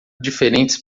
diferentes